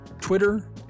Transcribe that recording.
Twitter